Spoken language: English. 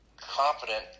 confident